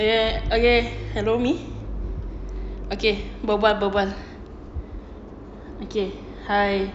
okay okay hello me okay berbual berbual okay hi